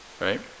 right